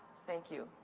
thank you.